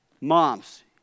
moms